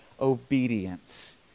obedience